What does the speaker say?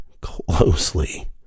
closely